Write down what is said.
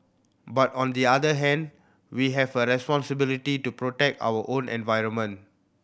but on the other hand we have a responsibility to protect our own environment